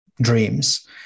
dreams